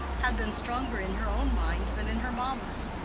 had been stronger in her own mind than in her mamma's,